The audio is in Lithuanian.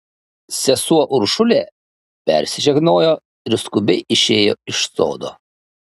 sesuo uršulė persižegnojo ir skubiai išėjo iš sodo